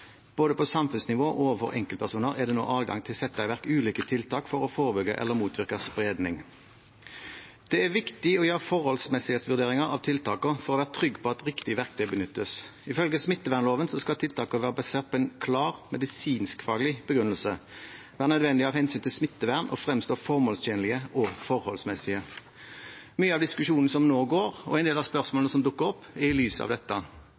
Både på samfunnsnivå og overfor enkeltpersoner er det nå adgang til å sette i verk ulike tiltak for å forebygge eller motvirke spredning. Det er viktig å gjøre forholdsmessighetsvurderinger av tiltakene for å være trygg på at riktig verktøy benyttes. Ifølge smittevernloven skal tiltakene være basert på en klar, medisinskfaglig begrunnelse. Det er nødvendig av hensyn til smittevern at det fremstår formålstjenlig og forholdsmessig. Mye av diskusjonen som nå går, og en del av spørsmålene som dukker opp, er i lys av dette.